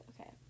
okay